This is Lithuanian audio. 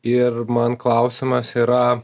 ir man klausimas yra